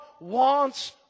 wants